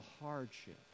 hardship